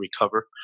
recover